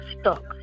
stuck